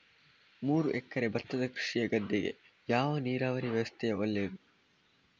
ಮೂರು ಎಕರೆ ಭತ್ತದ ಕೃಷಿಯ ಗದ್ದೆಗೆ ಯಾವ ನೀರಾವರಿ ವ್ಯವಸ್ಥೆ ಒಳ್ಳೆಯದು?